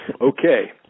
Okay